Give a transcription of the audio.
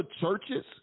churches